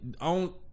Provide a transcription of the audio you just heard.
on